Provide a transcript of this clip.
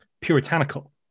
puritanical